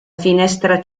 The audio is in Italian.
finestra